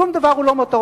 שום דבר הוא לא מותרות,